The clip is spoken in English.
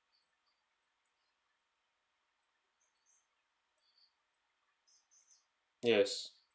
yes